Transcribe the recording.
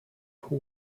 who